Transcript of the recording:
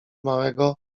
małego